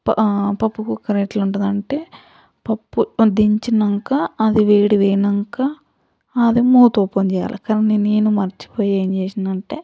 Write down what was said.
పప్పు కుక్కర్ ఎట్ల ఉంటుంది అంటే పప్పు దించినాకా అది వేడి పోయినాకా అది మూత ఓపెన్ చెయ్యాలె కానీ నేను మర్చిపోయి ఏమి చేసినా అంటే